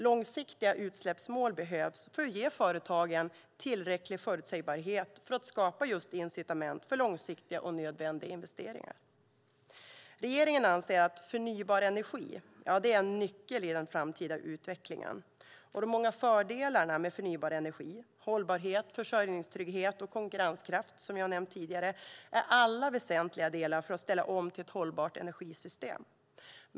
Långsiktiga utsläppsmål behövs för att ge företagen tillräcklig förutsägbarhet och för att skapa incitament för långsiktiga, nödvändiga investeringar. Regeringen anser att förnybar energi är en nyckel i den framtida utvecklingen. De många fördelarna med förnybar energi - hållbarhet, försörjningstrygghet och konkurrenskraft, som jag har nämnt tidigare - är alla väsentliga delar för att ställa om till ett hållbart energisystem.